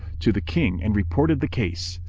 to the king and reported the case.